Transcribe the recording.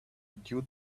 due